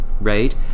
right